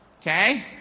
Okay